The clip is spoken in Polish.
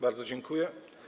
Bardzo dziękuję.